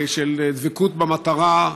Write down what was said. של דבקות במטרה.